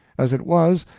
as it was,